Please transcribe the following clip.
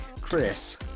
Chris